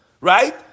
right